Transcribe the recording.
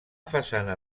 façana